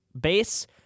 base